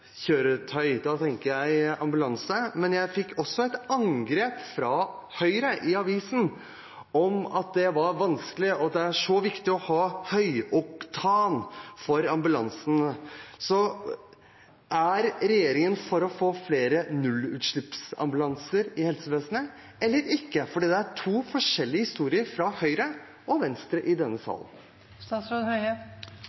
tenker jeg ambulanse. Men jeg fikk et angrep fra Høyre i avisen om at det var vanskelig, og at det er så viktig å ha høyoktan for ambulansene. Er regjeringen for å få flere nullutslippsambulanser i helsevesenet, eller ikke? Det er to forskjellige historier, fra Høyre og Venstre, i denne